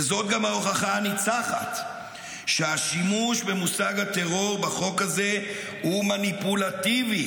וזאת גם ההוכחה הניצחת שהשימוש במושג הטרור בחוק הזה הוא מניפולטיבי,